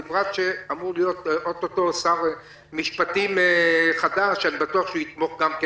בפרט שאמור להיות או-טו-טו שר משפטים חדש ואני בטוח שהוא יתמוך גם כן